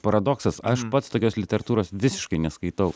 paradoksas aš pats tokios literatūros visiškai neskaitau